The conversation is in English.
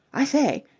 i say,